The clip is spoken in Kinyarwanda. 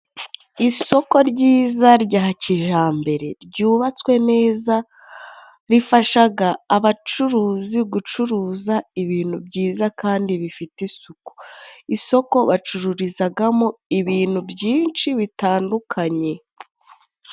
Isoko ryiza rya kijambere ryubatswe neza, rifashaga abacuruzi gucuruza ibintu byiza kandi bifite isuku. Isoko bacururizagamo ibintu byinshi bitandukanye.